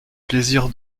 plaisir